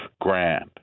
grand